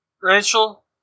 Rachel